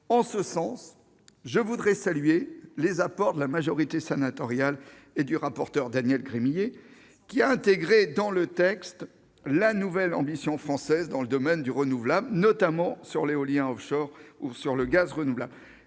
En ce sens, je souhaite saluer les apports de la majorité sénatoriale et du rapporteur Daniel Gremillet, qui a intégré dans le texte la nouvelle ambition française dans le domaine des énergies renouvelables et notamment de l'éolien offshore ou du gaz renouvelable.